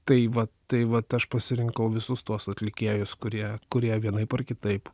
tai vat tai vat aš pasirinkau visus tuos atlikėjus kurie kurie vienaip ar kitaip